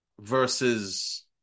versus